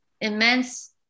immense